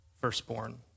firstborn